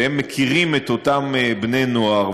והם מכירים את אותם בני-נוער,